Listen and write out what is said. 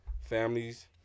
families